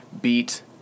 beat